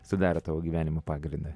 sudaro gyvenimo pagrindą